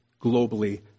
globally